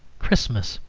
christmas